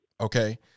Okay